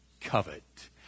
covet